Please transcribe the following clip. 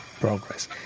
progress